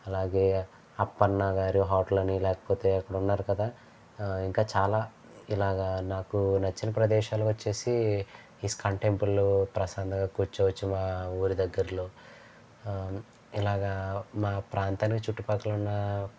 అలాగే అప్పన్న గారి హోటల్ అని లేకపోతే అక్కడ ఉన్నారు కదా ఇంకా చాలా ఇలాగ నాకు నచ్చిన ప్రదేశాలు వచ్చేసి ఇస్కాన్ టెంపుల్ ప్రశాంతంగా కూర్చోవచ్చు మా ఊరి దగ్గరలో ఇలాగ మా ప్రాంతానికి చుట్టుపక్కల ఉన్న